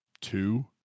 two